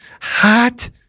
Hot